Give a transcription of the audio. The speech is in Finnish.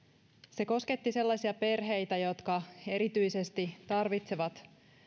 se kosketti sellaisia perheitä jotka erityisesti tarvitsevat